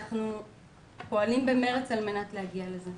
אנחנו פועלים במרץ על מנת להגיע לזה.